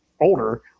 older